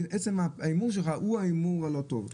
עצם ההימור שלך הוא ההימור הלא טוב.